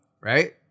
right